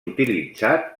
utilitzat